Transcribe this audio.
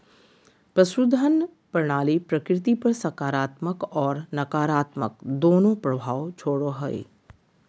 पशुधन प्रणाली प्रकृति पर सकारात्मक और नकारात्मक दोनों प्रभाव छोड़ो हइ